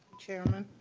chairman,